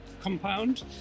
compound